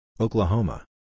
Oklahoma